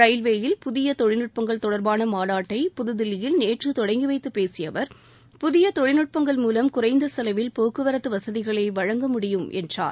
ரயில்வேயில் புதிய தொழில்நுட்பங்கள் தொடர்பான மாநாட்டை புதுதில்லியில் நேற்று தொடங்கிவைத்து பேசிய அவர் புதிய தொழில்நுட்பங்கள் மூலம் குறைந்த செலவில் போக்குவரத்து வசதிகளை வழங்க முடியும் என்றார்